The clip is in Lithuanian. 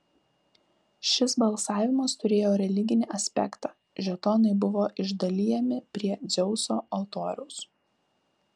šis balsavimas turėjo religinį aspektą žetonai buvo išdalijami prie dzeuso altoriaus